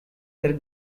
del